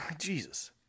Jesus